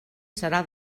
serà